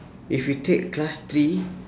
if you take class three